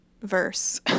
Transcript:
verse